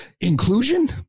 inclusion